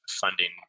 funding